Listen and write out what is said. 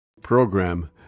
program